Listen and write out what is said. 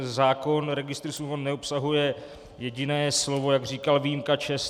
Zákon o registru smluv neobsahuje jediné slovo, jak říkal, výjimka ČEZ.